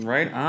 Right